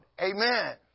Amen